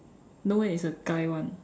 no eh it's a guy [one]